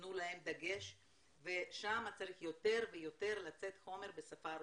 תנו להם דגש ושם צריך יותר ויותר לתת חומר בשפה הרוסית.